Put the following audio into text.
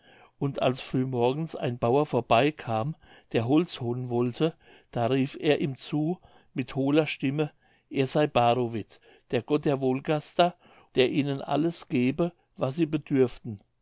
und als früh morgens ein bauer vorbei kam der holz holen wollte da rief er ihm zu mit hohler stimme er sei barovit der gott der wolgaster der ihnen alles gebe was sie bedürften